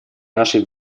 нашей